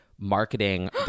Marketing